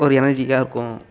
ஒரு எனர்ஜிக்காக இருக்கும்